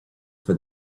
for